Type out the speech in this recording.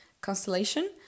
constellation